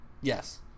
Yes